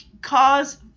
cause